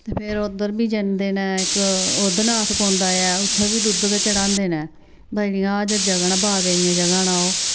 फिर उद्धर बी जंदे न इक उद्ध नाथ पौंदा ऐ उ'त्थें बी दुद्ध गै चढ़ांदे न बाकी हर जगह् न जि'यां बाबे दियां जगहां न ओह्